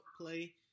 play